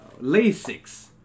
LASIX